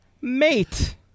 mate